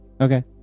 Okay